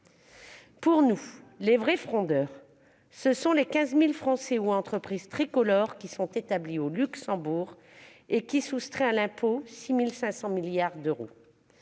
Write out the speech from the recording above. Pour nous, les vrais fraudeurs ce sont les 15 000 Français ou entreprises tricolores qui sont établis au Luxembourg et qui soustraient à l'impôt 6 500 milliards d'euros